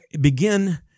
begin